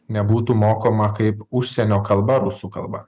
nebūtų mokoma kaip užsienio kalba rusų kalba